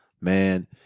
Man